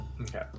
Okay